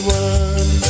one